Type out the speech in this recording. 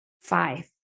five